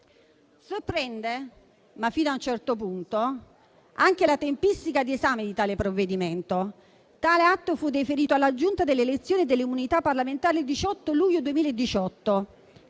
Sorprende, ma fino a un certo punto, anche la tempistica dell'esame di tale provvedimento. Tale atto fu deferito alla Giunta delle elezioni e delle immunità parlamentari il 18 luglio 2018.